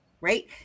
right